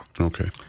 Okay